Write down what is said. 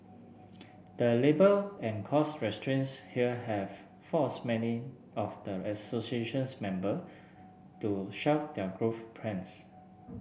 the labour and cost constraints here have forced many of the association's member to shelf their growth plans